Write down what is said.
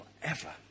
forever